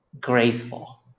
graceful